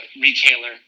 Retailer